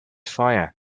fire